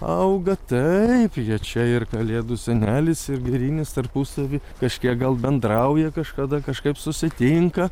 auga taip jie čia ir kalėdų senelis ir girinis tarpusavy kažkiek gal bendrauja kažkada kažkaip susitinka